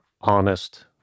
honest